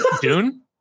Dune